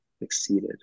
exceeded